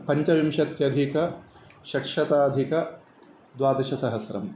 पञ्चविंशत्यधिक षट्शताधिक द्वादश सहस्रम्